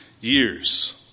years